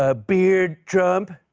ah beard trump.